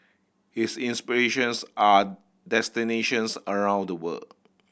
his inspirations are destinations around the world